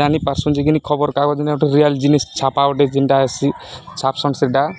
ଜାନି ପାର୍ସୁଁ ଯେ କି ଖବର୍କାଗଜ୍ ନାେ ଗୋଟେ ରିଏଲ୍ ଜିନି ଛାପା ଗୋଟେ ଯେନ୍ଟା ଆସି ଛାପ୍ସନ୍ ସେଟା